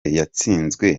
yatsinzwe